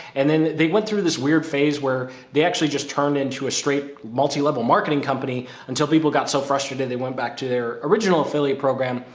and then they went through this weird phase where they actually just turned into a straight multilevel marketing company until people got so frustrated. they went back to their original affiliate program,